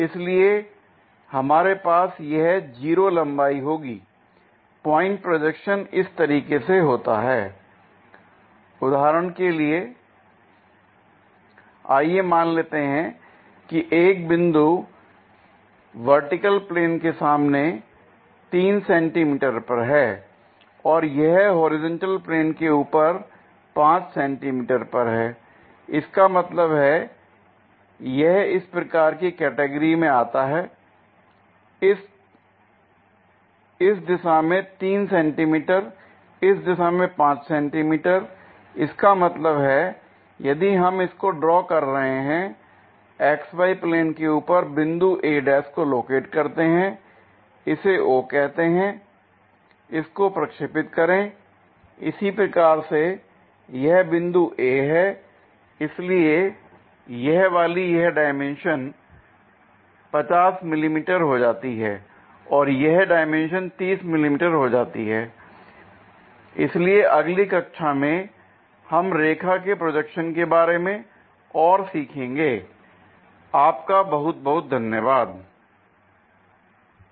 इसलिए हमारे पास यह 0 लंबाई होगी l पॉइंट प्रोजेक्शन इस तरीके से होता हैl उदाहरण के लिए आइए मान लेते हैं की एक बिंदु वर्टिकल प्लेन के सामने 3 सेंटीमीटर पर है l और यह होरिजेंटल प्लेन के ऊपर 5 सेंटीमीटर पर है l इसका मतलब है यह इस प्रकार की कैटेगरी में आता है l इस दिशा में 3 सेंटीमीटर इस दिशा में 5 सेंटीमीटर इसका मतलब है यदि हम इसको ड्रॉ कर रहे हैं XY प्लेन के ऊपर बिंदु a ' को लोकेट करते हैं इसे o कहते हैं इसको प्रक्षेपित करें l इसी प्रकार से यह बिंदु a है l इसलिए वह वाली यह डायमेंशन 50 मिमी हो जाती है और यह डायमेंशन 30 मिमी हो जाती है l इसलिए अगली कक्षा में हम रेखा के प्रोजेक्शन के बारे में और सीखेंगे l आपका बहुत बहुत धन्यवाद l